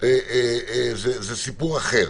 הן סיפור אחר.